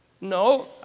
No